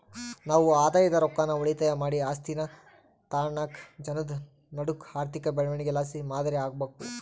ನಾವು ಆದಾಯದ ರೊಕ್ಕಾನ ಉಳಿತಾಯ ಮಾಡಿ ಆಸ್ತೀನಾ ತಾಂಡುನಾಕ್ ಜನುದ್ ನಡೂಕ ಆರ್ಥಿಕ ಬೆಳವಣಿಗೆಲಾಸಿ ಮಾದರಿ ಆಗ್ಬಕು